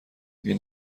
این